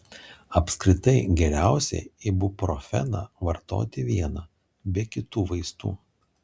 apskritai geriausiai ibuprofeną vartoti vieną be kitų vaistų